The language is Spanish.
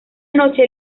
noche